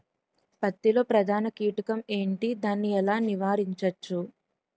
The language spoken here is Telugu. పత్తి లో ప్రధాన కీటకం ఎంటి? దాని ఎలా నీవారించచ్చు?